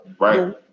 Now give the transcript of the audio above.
right